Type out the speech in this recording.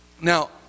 Now